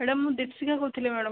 madam ମୁଁ ଦୀପଶିଖା କହୁଥିଲି madam